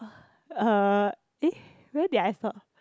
uh eh where did I stop